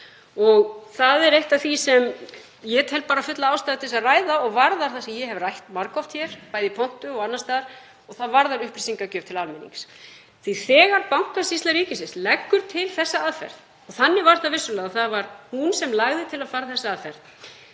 Það er eitt af því sem ég tel fulla ástæðu til að ræða og varðar það sem ég hef rætt margoft hér, bæði í pontu og annars staðar, og varðar upplýsingagjöf til almennings. Þegar Bankasýsla ríkisins leggur til þessa aðferð — og þannig var þetta vissulega, það var hún sem lagði til að nota þessa aðferð